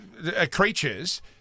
Creatures